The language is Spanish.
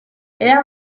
era